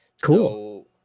Cool